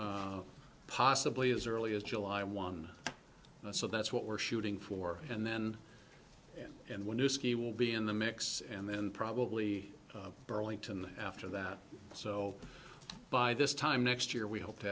forty possibly as early as july one so that's what we're shooting for and then and when you ski will be in the mix and then probably burlington after that so by this time next year we hope to